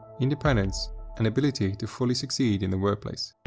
independence and ability to fully succeed in the workplace.